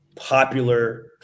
popular